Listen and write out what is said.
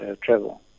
travel